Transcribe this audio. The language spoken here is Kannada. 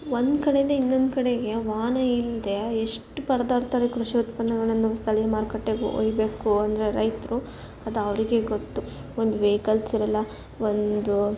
ಒಂದು ಕಡೆಯಿಂದ ಇನ್ನೊಂದು ಕಡೆಗೆ ವಾಹನ ಇಲ್ಲದೆ ಎಷ್ಟು ಪರದಾಡ್ತಾರೆ ಕೃಷಿ ಉತ್ಪನ್ನಗಳನ್ನು ಸ್ಥಳೀಯ ಮಾರುಕಟ್ಟೆಗೆ ಒಯ್ಯಬೇಕು ಅಂದರೆ ರೈತರು ಅದು ಅವರಿಗೇ ಗೊತ್ತು ಒಂದು ವೇಕಲ್ಸ್ ಇರಲ್ಲ ಒಂದು